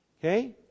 Okay